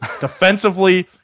Defensively